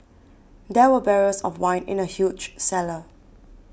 there were barrels of wine in the huge cellar